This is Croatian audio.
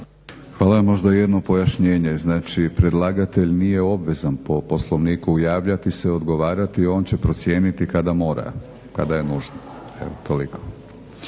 Hvala. Možda jedno pojašnjenje, znači predlagatelj nije obvezan po Poslovniku javljati se i odgovarati. On će procijeniti kada mora, kada je nužno.